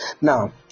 now